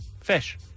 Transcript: fish